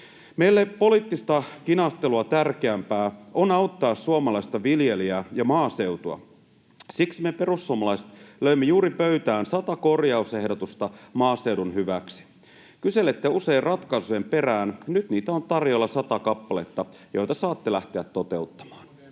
Meille poliittista kinastelua tärkeämpää on auttaa suomalaista viljelijää ja maaseutua. Siksi me perussuomalaiset löimme juuri pöytään sata korjausehdotusta maaseudun hyväksi. Kyselette usein ratkaisujen perään. Nyt niitä on tarjolla sata kappaletta, joita saatte lähteä toteuttamaan. [Speech